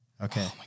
Okay